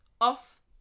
off